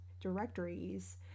directories